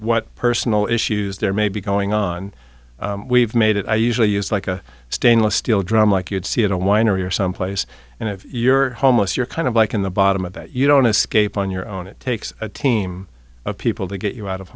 what personal issues there may be going on we've made it i usually use like a stainless steel drum like you'd see at a winery or someplace and if you're homeless you're kind of like in the bottom of that you don't escape on your own it takes a team of people to get you out of